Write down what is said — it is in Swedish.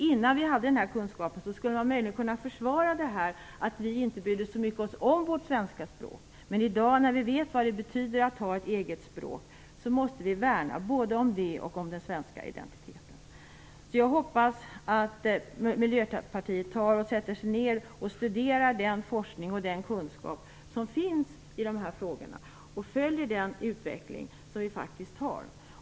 Innan vi hade den här kunskapen skulle man möjligen kunna försvara detta att vi inte brydde oss så mycket om vårt svenska språk, men i dag när vi vet vad det betyder att ha ett eget språk måste vi värna både om det och om den svenska identiteten. Jag hoppas att Miljöpartiet sätter sig ner och studerar den forskning och den kunskap som finns i de här frågorna och följer den utveckling som vi faktiskt har.